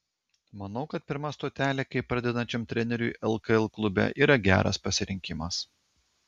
manau kad pirma stotelė kaip pradedančiam treneriui lkl klube yra geras pasirinkimas